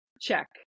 Check